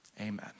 Amen